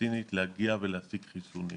הפלסטינית להגיע ולהשיג חיסונים.